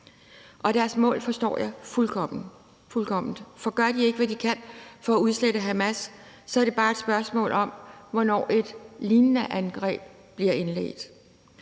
Og deres mål forstår jeg fuldkommen. For gør de ikke, hvad de kan for at udslette Hamas, så er det bare et spørgsmål om, hvornår et lignende angreb bliver indledt,